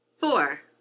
Four